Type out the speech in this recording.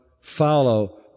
follow